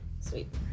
Sweet